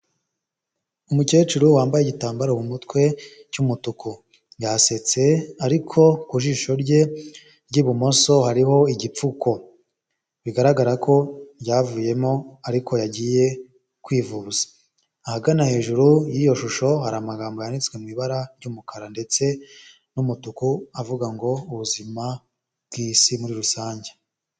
Umukecuru wambaye igitambaro mu mutwe cy'umutuku yasetse ariko ku jisho rye ry'ibumoso hariho igipfuko, bigaragara ko ryavuyemo ariko yagiye kwivuza, ahagana hejuru y'iyo shusho hari amagambo yanditswe mu ibara ry'umukara ndetse n'umutuku avuga ngo ubuzima bw'isi muri rusange.